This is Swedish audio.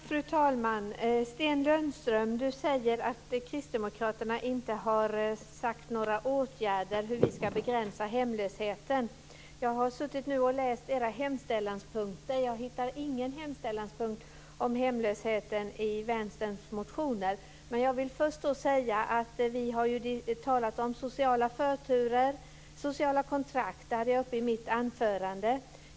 Fru talman! Sten Lundström, du säger att vi kristdemokrater inte har talat om åtgärder och sagt hur vi ska begränsa hemlösheten. Men jag har suttit och läst era förslagspunkter och hittar ingen förslagspunkt om hemlösheten i Vänsterns motioner. Vi har talat om sociala förturer och sociala kontrakt, som jag tog upp i mitt anförande.